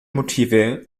motive